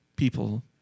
People